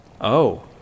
Oh